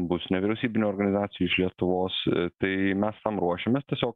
bus nevyriausybinių organizacijų iš lietuvos tai mes tam ruošėmės tiesiog